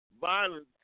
violence